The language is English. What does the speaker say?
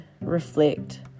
reflect